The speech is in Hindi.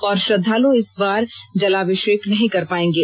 और श्रद्धालु इस बार जलाभिषेक नहीं कर पाएंगे